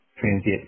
transient